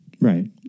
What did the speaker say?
right